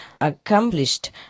accomplished